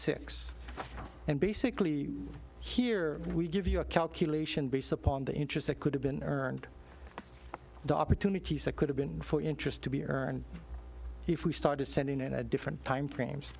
six and basically here we give you a calculation based upon the interest that could have been earned the opportunities that could have been for interest to be earned if we started sending in a different time frames